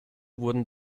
wurden